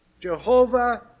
Jehovah